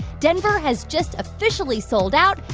denver has just officially sold out,